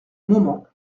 moment